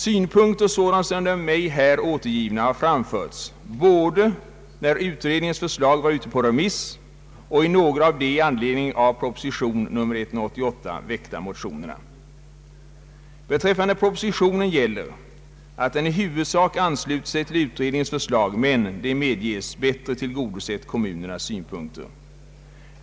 Synpunkter sådana som de av mig här återgivna har framförts både när utredningens förslag var ute på remiss och i några av de i anledning av proposition nr 188 väckta motionerna. Beträffande propositionen gäller att den i huvudsak ansluter sig till utredningens förslag men — det medges — bättre tillgodosett kommunernas Ssynpunkter.